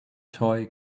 toy